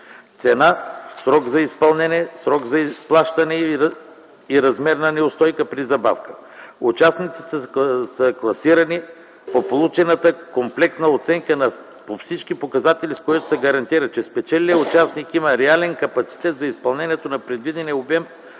цена, срок за изпълнение, срок за изплащане и размер на неустойка при забава. Участниците са класирани по получената комплексна оценка по всички показатели, с което се гарантира, че спечелилият участник има реален капацитет за изпълнението на предвидения обем